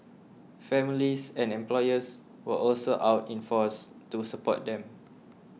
families and employers were also out in force to support them